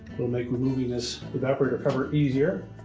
it'll make removing this evaporator cover easier.